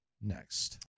next